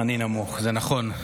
אני נמוך, זה נכון.